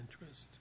interest